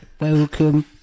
Welcome